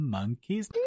monkeys